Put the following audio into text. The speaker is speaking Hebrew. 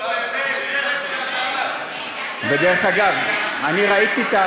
אז, דרך אגב, אני ראיתי את,